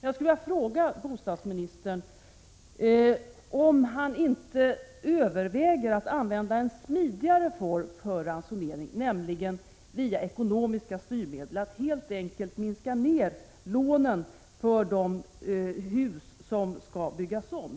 Jag skulle vilja fråga bostadsministern om han inte överväger att använda en smidigare form för ransonering, nämligen att som ekonomiskt styrmedel helt enkelt minska lånen för de hus som skall byggas om.